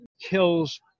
kills